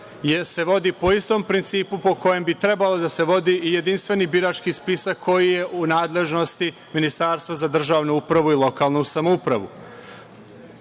se vodi po istom principu po kojem bi trebalo da se vodi i jedinstveni birački spisak koji je u nadležnosti Ministarstva za državnu upravu i lokalnu samoupravu. Tako